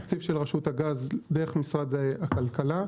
תקציב של רשות הגז דרך משרד הכלכלה.